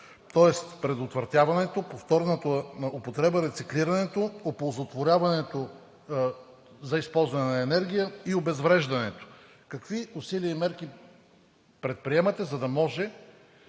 тоест предотвратяването, повторната употреба, рециклирането, оползотворяването за използване на енергия и обезвреждането. Какви усилия и мерки предприемате, за да може